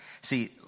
See